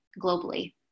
globally